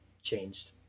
Changed